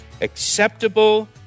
acceptable